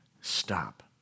Stop